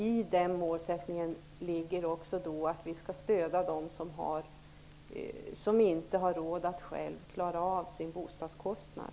I den målsättningen ligger också att vi skall stödja dem som inte har råd att själva klara av sin bostadskostnad.